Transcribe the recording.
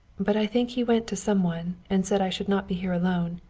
but i think he went to some one and said i should not be here alone.